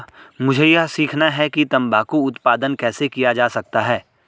मुझे यह सीखना है कि तंबाकू उत्पादन कैसे किया जा सकता है?